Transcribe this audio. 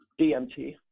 DMT